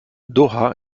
doha